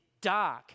dark